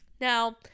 Now